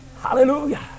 Hallelujah